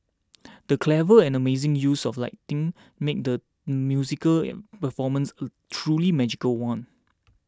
the clever and amazing use of lighting made the musical performance a truly magical one